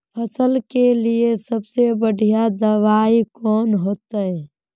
फसल के लिए सबसे बढ़िया दबाइ कौन होते?